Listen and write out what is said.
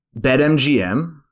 BetMGM